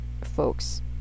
folks